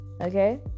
Okay